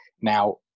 Now